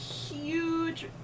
huge